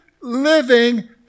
living